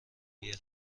بیا